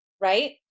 right